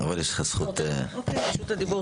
אני צריך לרוץ לוועדת כספים.